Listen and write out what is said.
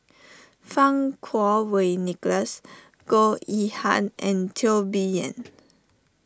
Fang Kuo Wei Nicholas Goh Yihan and Teo Bee Yen